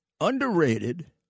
underrated